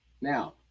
now